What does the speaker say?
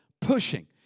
pushing